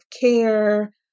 care